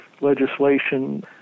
legislation